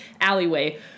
alleyway